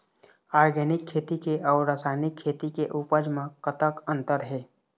Organic खेती के अउ रासायनिक खेती के उपज म कतक अंतर हे?